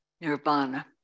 nirvana